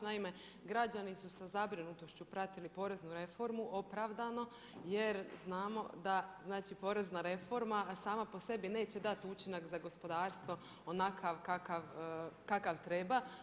Naime, građani su sa zabrinutošću pratili poreznu reformu opravdano jer znamo da znači porezna reforma a sama po sebi neće dati učinak za gospodarstvo onakav kakav treba.